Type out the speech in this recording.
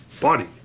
body